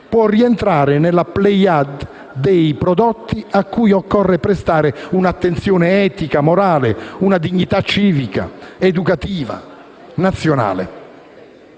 può rientrare nella *plèiade* dei prodotti cui occorre prestare un'attenzione etica, morale, una dignità civica ed educativa nazionale.